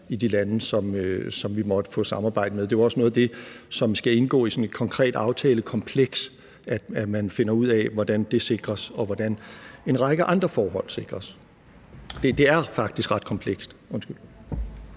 i de lande, som vi måtte få samarbejde med. Det er jo også noget af det, som skal indgå i sådan et konkret aftalekompleks, altså at man finder ud af, hvordan det sikres, og hvordan en række andre forhold sikres. Det er faktisk ret komplekst. Kl.